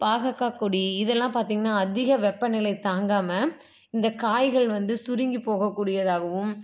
பாகக்காய் கொடி இதெல்லாம் பார்த்திங்கனா அதிக வெப்பநிலை தாங்காமல் இந்த காய்கள் வந்து சுருங்கி போகக்கூடியதாகவும்